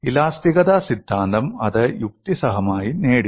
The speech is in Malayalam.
ഇലാസ്തികത സിദ്ധാന്തം അത് യുക്തിസഹമായി നേടി